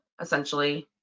essentially